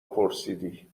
پرسیدی